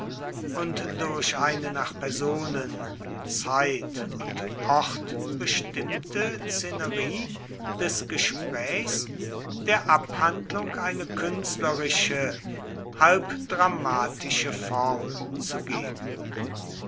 und durch eine nach personen zeit und ort bestimmte szenerie des gesprächs der abhandlung eine künstlerische halb dramatische form zu geben